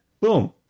boom